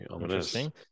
Interesting